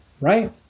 Right